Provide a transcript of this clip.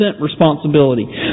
responsibility